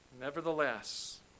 Nevertheless